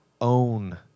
own